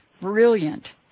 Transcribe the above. brilliant